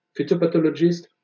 phytopathologist